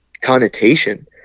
connotation